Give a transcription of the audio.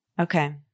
Okay